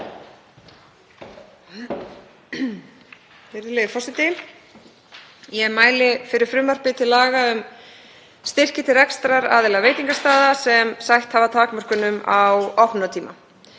Virðulegi forseti. Ég mæli fyrir frumvarpi til laga um styrki til rekstraraðila veitingastaða sem sætt hafa takmörkunum á opnunartíma.